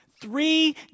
Three